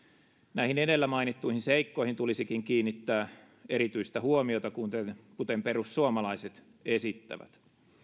näihin edellä mainittuihin seikkoihin tulisikin kiinnittää erityistä huomiota kuten kuten perussuomalaiset esittävät